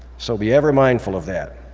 so be ever mindful of that.